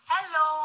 Hello